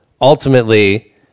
ultimately